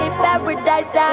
paradise